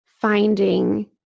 finding